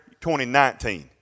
2019